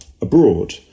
abroad